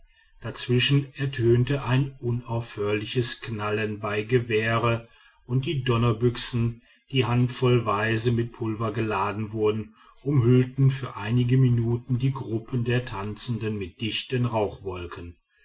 dazwischen ertönte ein unaufhörliches knallen bei gewehre und die donnerbüchsen die handvollweise mit pulver geladen wurden umhüllten für einige minuten die gruppen der tanzenden mit dichten rauchwolken